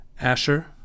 Asher